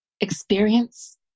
experience